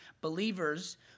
believers